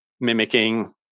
mimicking